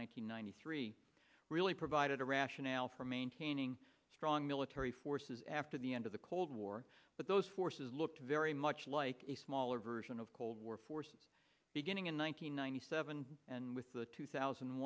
hundred ninety three really provided a rationale for maintaining strong military forces after the end of the cold war but those forces looked very much like a smaller version of cold war force beginning in one nine hundred ninety seven and with the two thousand and